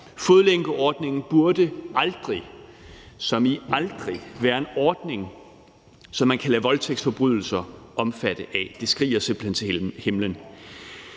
Fodlænkeordningen burde aldrig, som i aldrig, være en ordning, som man kan lade voldtægtsforbrydelser omfatte af. Det skriger simpelt hen til himlen.